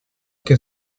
que